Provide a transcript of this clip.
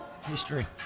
history